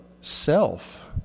self